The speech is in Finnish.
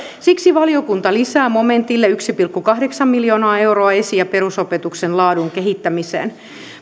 siksi valiokunta lisää momentille yksi pilkku kahdeksan miljoonaa euroa esi ja perusopetuksen laadun kehittämiseen